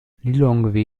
lilongwe